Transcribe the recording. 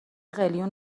قلیون